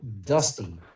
dusty